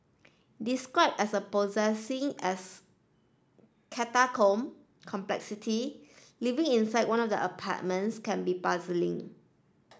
described as possessing as catacomb complexity living inside one of the apartments can be puzzling